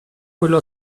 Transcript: quello